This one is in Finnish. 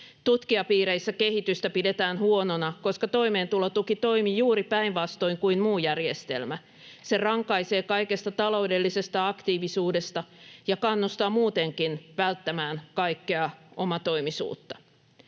Tutkijapiireissä kehitystä pidetään huonona, koska toimeentulotuki toimii juuri päinvastoin kuin muu järjestelmä. Se rankaisee kaikesta taloudellisesta aktiivisuudesta ja kannustaa muutenkin välttämään kaikkea omatoimisuutta.